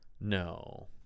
No